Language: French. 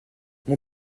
mon